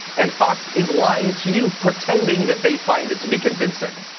and fox is lying to you pretending that they find it to be convincing.